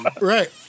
right